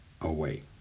away